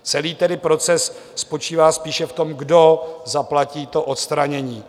Celý proces spočívá spíše v tom, kdo zaplatí to odstranění.